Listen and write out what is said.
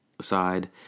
side